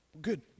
Good